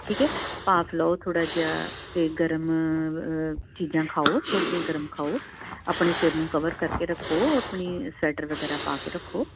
ਠੀਕ ਹੈ ਭਾਫ ਲਓ ਥੋੜ੍ਹਾ ਜਿਹਾ ਅਤੇ ਗਰਮ ਚੀਜ਼ਾਂ ਖਾਓ ਥੋੜ੍ਹੀ ਜਿਹੀਆਂ ਗਰਮ ਖਾਓ ਆਪਣੇ ਸਿਰ ਨੂੰ ਕਵਰ ਕਰਕੇ ਰੱਖੋ ਆਪਣੇ ਸਵੈਟਰ ਵਗੈਰਾ ਪਾ ਕੇ ਰੱਖੋ